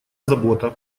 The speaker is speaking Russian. забота